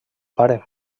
pare